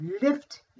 lift